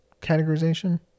categorization